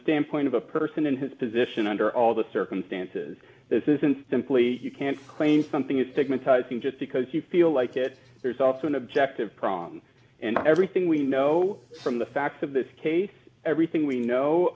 standpoint of a person in his position under all the circumstances this isn't simply you can't claim something as stigmatizing just because you feel like it there's also an objective prong and everything we know from the facts of this case everything we know